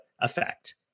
Effect